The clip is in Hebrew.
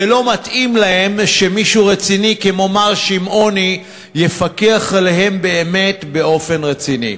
ולא מתאים להם שמישהו רציני כמו מר שמעוני יפקח עליהם באמת באופן רציני.